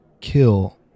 Kill